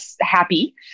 happy